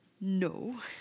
No